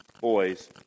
boys